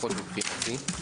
לפחות מבחינתי.